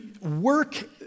work